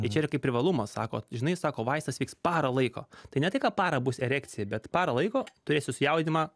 tai čia yra kaip privalumas sako žinai sako vaistas veiks parą laiko tai ne tai kad parą bus erekcija bet parą laiko turėsi susijaudinimą